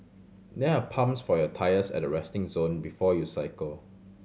there are pumps for your tyres at the resting zone before you cycle